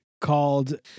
called